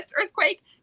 earthquake